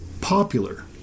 popular